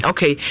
Okay